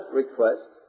request